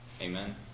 Amen